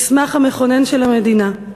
המסמך המכונן של המדינה.